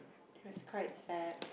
which was quite sad